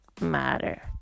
matter